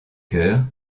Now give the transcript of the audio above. chœur